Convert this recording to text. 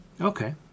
Okay